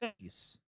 face